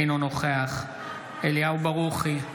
אינו נוכח אליהו ברוכי,